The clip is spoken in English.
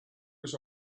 was